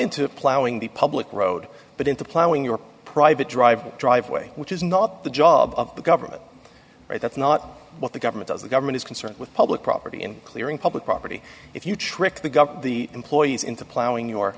into plowing the public road but into plowing your private driveway driveway which is not the job of the government that's not what the government does the government is concerned with public property in clearing public property if you tricked the gov the employees into plowing you